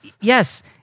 Yes